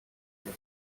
and